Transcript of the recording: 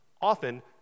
often